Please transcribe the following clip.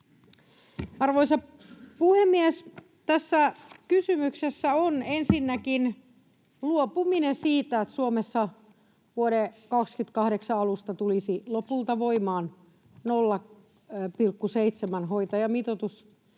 Arvoisa puhemies! Tässä kysymyksessä on ensinnäkin luopuminen siitä, että Suomessa vuoden 28 alusta tulisi lopulta voimaan 0,7:n hoitajamitoitus